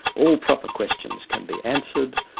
all proper questions can be answered,